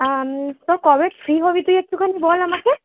তো কবে ফ্রি হবি তুই একটুখানি বল আমাকে